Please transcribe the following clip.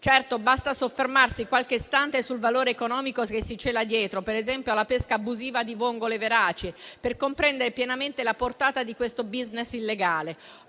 Certo, basta soffermarsi qualche istante sul valore economico che si cela dietro, per esempio, alla pesca abusiva di vongole veraci, per comprendere pienamente la portata di questo *business* illegale.